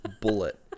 bullet